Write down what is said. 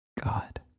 God